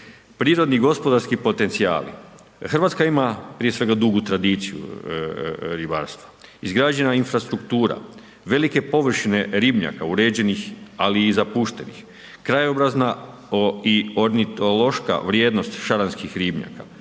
Prirodni gospodarski potencijali. Hrvatska ima prije svega dugu tradiciju ribarstva, izgrađena infrastruktura, velike površine ribnjaka uređenih ali i zapuštenih, krajobrazna i ornitološka vrijednost šaranskih ribnjaka,